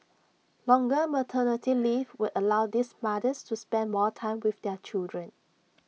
longer maternity leave will allow these mothers to spend more time with their children